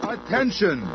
Attention